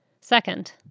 Second